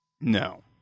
no